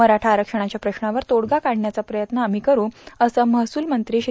मराठा आरक्षणाच्या प्रश्नावर तोडगा काढण्याचा प्रयत्न आम्ही करू असं महसूल मंत्री श्री